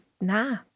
nah